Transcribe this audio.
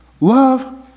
love